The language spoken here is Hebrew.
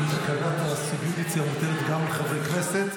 אני רק הקראתי כאן מתקנת הסוביודיצה המותרת גם לחברי כנסת,